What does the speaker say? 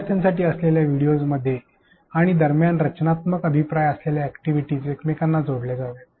विद्यार्थ्यांसाठी असलेल्या व्हिडिओंच्या मध्ये आणि दरम्यान रचनात्मक अभिप्राय असलेल्या अॅक्टिव्हिटीस एकमेकांना जोडल्या जाव्यात